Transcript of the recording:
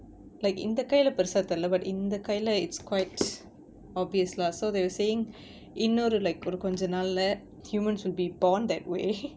like இந்த கைல பெருசா தெரில:intha kaila perusa therila but இந்த கைல:intha kaila it's quite obvious lah so they were saying இன்னொரு:innoru like கொஞ்ச நாள்ல:konja naalla let humans will be born that way